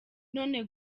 none